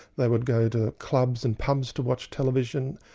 they would go to clubs and pubs to watch television.